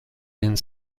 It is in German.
den